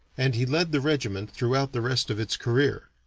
and he led the regiment throughout the rest of its career.